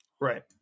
Right